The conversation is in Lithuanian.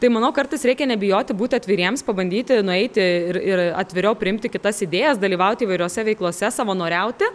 tai manau kartais reikia nebijoti būti atviriems pabandyti nueiti ir ir atviriau priimti kitas idėjas dalyvauti įvairiose veiklose savanoriauti